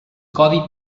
codi